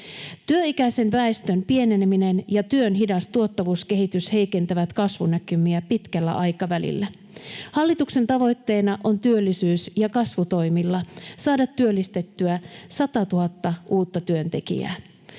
Työikäisen väestön pieneneminen ja työn hidas tuottavuuskehitys heikentävät kasvunäkymiä pitkällä aikavälillä. Hallituksen tavoitteena on työllisyys- ja kasvutoimilla saada työllistettyä 100 000 uutta työntekijää.